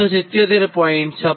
56 22